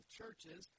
churches